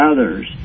others